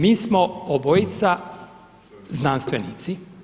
Mi smo obojica znanstvenici.